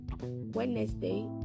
Wednesday